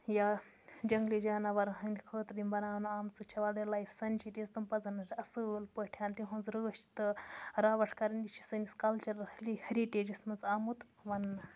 یا جنٛگلی جاناوارَن ہٕنٛدِ خٲطرٕ یِم بَناونہٕ آمژٕ چھےٚ وایلڑٕ لایف سنچِریٖز تِم پَزَن اَسہِ اصۭل پٲٹھۍ تِہٕںٛز رٲچھ تہٕ راوَٹھ کَرٕنۍ یہِ چھِ سٲنِس کَلچَر ۂرِٹیجَس منٛز آمُت وَننہٕ